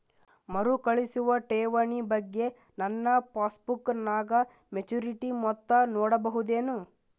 ಮರುಕಳಿಸುವ ಠೇವಣಿ ಬಗ್ಗೆ ನನ್ನ ಪಾಸ್ಬುಕ್ ನಾಗ ಮೆಚ್ಯೂರಿಟಿ ಮೊತ್ತ ನೋಡಬಹುದೆನು?